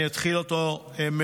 אני אתחיל מחדש.